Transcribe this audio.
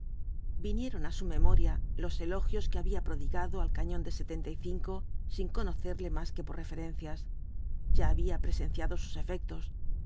vinieron á su memoria los elogios que había prodigado al cañón de sin conocerle más que por referencias ya había presenciado sus efectos